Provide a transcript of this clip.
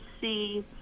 see